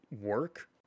work